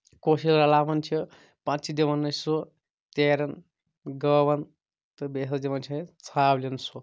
کوٚش ییٚلہِ رَلاون چھِ پَتہٕ چھِ دِوان أسۍ سُہ تیرن گٲون تہٕ بیٚیہِ حظ دِوان چھِ اسۍ ژھاوٕجٮ۪ن سُہ